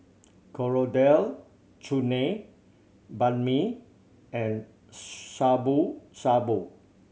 Coriander Chutney Banh Mi and Shabu Shabu